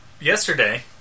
Yesterday